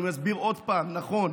אני מסביר עוד פעם: נכון,